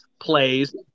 plays